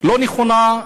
לא נכונה,